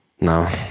No